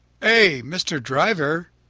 hey, mr. driver!